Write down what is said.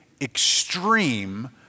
extreme